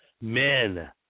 men